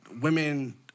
women